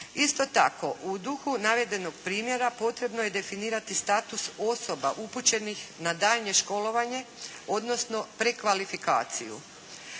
Isto tako i duhu navedenog primjera potrebno je definirati status osoba upućenih na daljnje školovanje, odnosno prekvalifikaciju.